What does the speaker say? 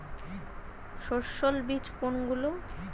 সস্যল বীজ কোনগুলো?